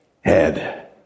head